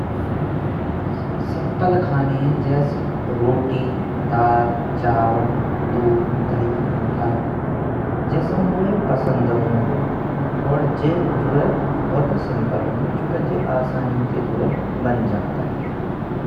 सिम्पल खाने हैं जैसे रोटी, दाल, चावल, दूध, दही, मट्ठा जे सब मोए पसंदेयो है| और जे जो है बहुत सिंपल हैं, चूंकि जे बहुत आसानी से जो बन्न जानते।